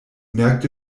merkte